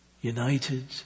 united